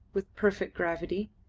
with perfect gravity,